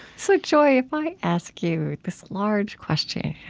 so, joy, if i ask you this large question,